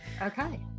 Okay